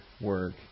work